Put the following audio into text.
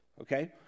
Okay